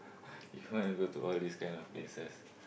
you want to go to all these kind of places